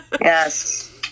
Yes